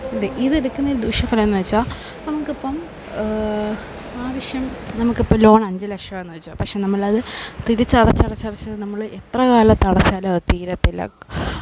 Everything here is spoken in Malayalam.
ദെ ഇതെടുക്കുന്നതിൽ ദൂഷ്യഫലമെന്ന് വെച്ചാൽ നമുക്കിപ്പം ആവശ്യം നമുക്കിപ്പോൾ ലോൺ അഞ്ച് ലക്ഷം ആണെന്ന് വെച്ചോ പക്ഷേ നമ്മളത് തിരിച്ചടച്ചടച്ചടച്ച് നമ്മൾ എത്ര കാലത്തടച്ചാലും അത് തീരത്തില്ല